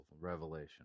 Revelation